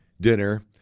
dinner